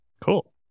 Cool